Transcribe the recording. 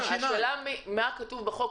מה כתוב בחוק?